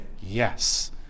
Yes